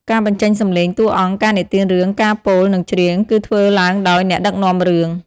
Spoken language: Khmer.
ការបញ្ចេញសំឡេង តួអង្គ ការនិទានរឿង ការពោល និងច្រៀង គឺធ្វើឡើងដោយ អ្នកដឹកនាំរឿង។